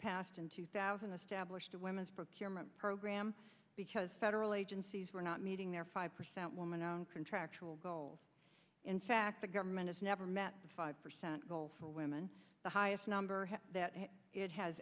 passed in two thousand a stab wish to women's procurement program because federal agencies were not meeting their five percent women on contractual goals in fact the government has never met the five percent goal for women the highest number that it has